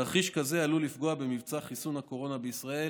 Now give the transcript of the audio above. תרחיש כזה עלול לפגוע במבצע חיסון הקורונה בישראל